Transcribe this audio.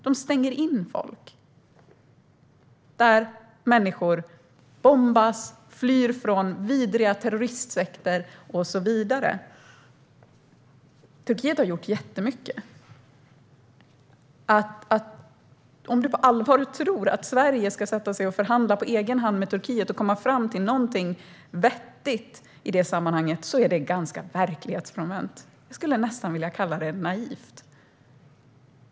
De stänger in folk där människor bombas, flyr från vidriga terroristsekter och så vidare. Turkiet har gjort jättemycket. Men om du på allvar tror att Sverige på egen hand ska sätta sig och förhandla med Turkiet och komma fram till någonting vettigt i det här sammanhanget är det ganska verklighetsfrånvänt. Jag skulle nästan vilja kalla det naivt.